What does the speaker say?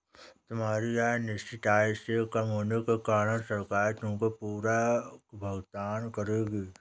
तुम्हारी आय निश्चित आय से कम होने के कारण सरकार तुमको पूरक भुगतान करेगी